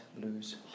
lose